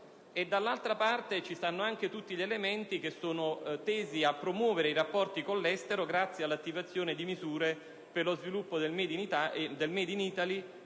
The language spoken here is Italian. Dall'altra parte, sono presenti tutti gli elementi tesi a promuovere i rapporti con l'estero grazie all'attivazione di misure per lo sviluppo del *made in Italy*,